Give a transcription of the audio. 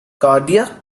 cardiac